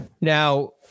Now